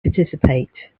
participate